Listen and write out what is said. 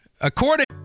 According